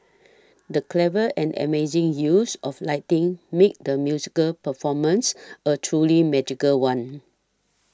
the clever and amazing use of lighting made the musical performance a truly magical one